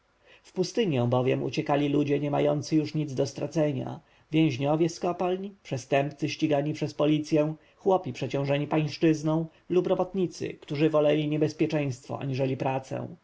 pustynię bowiem uciekali ludzie nie mający już nic do stracenia więźniowie z kopalń przestępcy ścigani przez policję chłopi przeciążeni pańszczyzną lub robotnicy którzy woleli niebezpieczeństwo aniżeli pracę